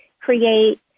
create